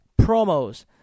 promos